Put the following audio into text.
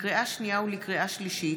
לקריאה שנייה ולקריאה שלישית,